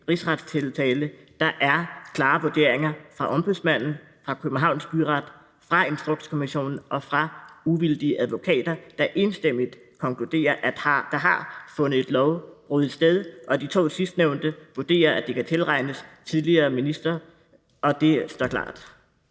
rigsretstiltale. Der er klare vurderinger fra Ombudsmanden, fra Københavns Byret, fra Instrukskommissionen og fra uvildige advokater, der enstemmigt konkluderer, at der har fundet et lovbrud sted. Og de to sidstnævnte vurderer, at de kan tilregnes den tidligere minister, og det står klart.